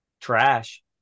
trash